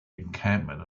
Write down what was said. encampment